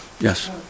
Yes